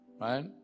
Right